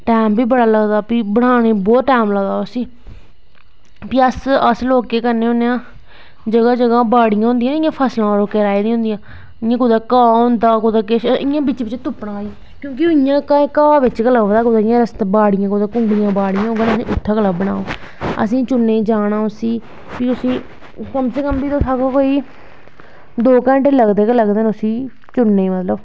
time बी बड़ा लगदा फ्ही बनाने गी बड़ी टैम लगदा उसी फ्ही अस लोग केह् करने होन्ने आं जगाह् जगाह् बाड़ियां होंदियां नी लोकें इयां फसलां राही दियां होंदियां इयां कुदै घा होंदा इयां बिच्च बिच्च तुप्पना क्योंकि इयां घ्हा बिच्च गै लब्भदा बिच्च बिच्च बाड़ियां कुतै उत्थें गै लब्भना ओह् असें चुनने दी जाना उसी फ्ही उसी कम से कम बी कोई दो घैंटे लगदे गै लगदे न उसी चुननें गी मतलव